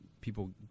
people